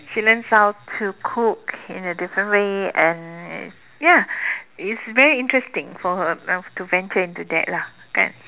she learns how to learn how to cook in a different way and ya it's very interesting for her to venture into that lah kan